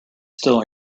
still